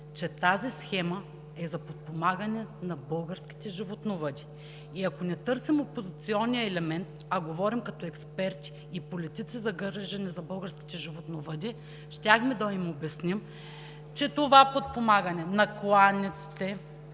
че тази схема е за подпомагане на българските животновъди. И ако не търсим опозиционния елемент, а говорим като експерти и политици, загрижени за българските животновъди, щяхме да им обясним, че това подпомагане на кланиците